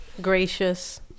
Gracious